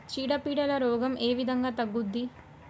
చీడ పీడల రోగం ఏ విధంగా తగ్గుద్ది?